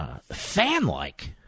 fan-like